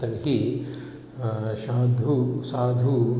तर्हि साधुः साधुः